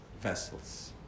vessels